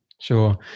sure